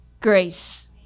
grace